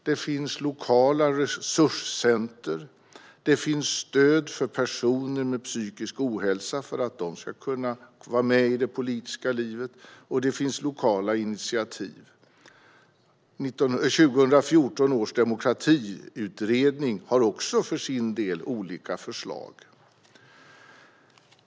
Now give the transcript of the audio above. Det finns lokala resurscenter, det finns stöd för att personer med psykisk ohälsa ska kunna vara med i det politiska livet och det finns lokala initiativ. 2014 års demokratiutredning har också för sin del olika förslag.